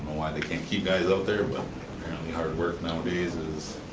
why they can't keep guys up there, but apparently hard work nowadays is.